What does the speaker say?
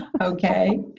Okay